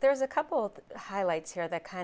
there's a couple of highlights here that kind